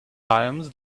times